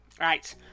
Right